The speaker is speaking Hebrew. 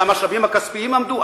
והמשאבים הכספיים עמדו.